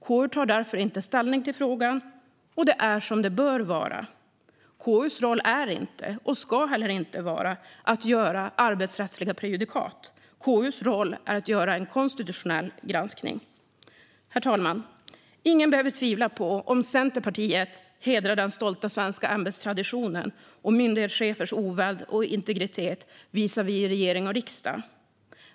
KU tar därför inte ställning i frågan, och det är som det bör vara. KU:s roll är inte - och ska heller inte vara - att skapa arbetsrättsliga prejudikat. KU:s roll är att göra en konstitutionell granskning. Herr talman! Ingen behöver tvivla på att Centerpartiet hedrar den stolta svenska ämbetsmannatraditionen och myndighetschefers oväld och integritet visavi regering och riksdag.